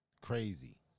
crazy